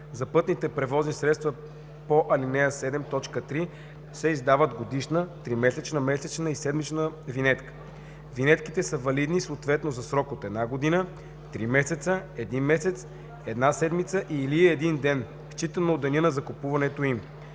За пътните превозни средства по ал. 7, т. 3 се издават годишна, тримесечна, месечна и седмична винетки. Винетките са валидни съответно за срок от една година, три месеца, един месец, една седмица или един ден, считано от деня на закупуването им.